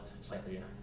slightly